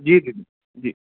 जी दीदी जी